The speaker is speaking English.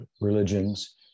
religions